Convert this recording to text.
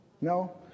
No